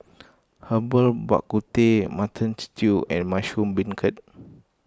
Herbal Bak Ku Teh Mutton Stew and Mushroom Beancurd